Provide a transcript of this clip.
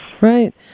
Right